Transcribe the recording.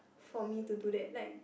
for me to do that like